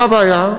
מה הבעיה?